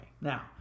Now